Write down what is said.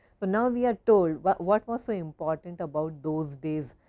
but now we are told what what was so important about those days.